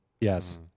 Yes